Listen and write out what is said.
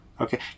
Okay